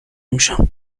میشم